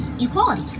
equality